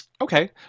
Okay